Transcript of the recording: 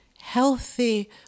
healthy